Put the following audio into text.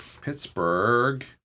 Pittsburgh